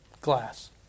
glass